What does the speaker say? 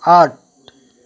आठ